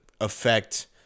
affect